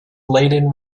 laden